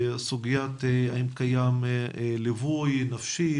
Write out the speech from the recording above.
סוגיית האם קיים ליווי נפשי,